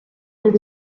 did